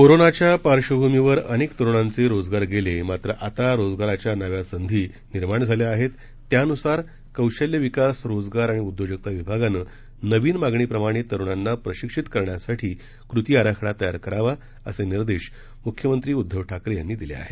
कोरोनाच्या पार्श्वभूमीवर अनेक तरुणांचे रोजगार गेले मात्र आता रोजगाराच्या नव्या संधी निर्माण झाल्या आहेत त्यानुसार कौशल्य विकास रोजगार आणि उद्योजकता विभागानं नवीन मागणीप्रमाणे तरुणांना प्रशिक्षित करण्यासाठी कृती आराखडा तयार करावा असे निर्देश मुख्यमंत्री उद्धव ठाकरे यांनी दिले आहेत